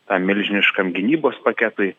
tam milžiniškam gynybos paketui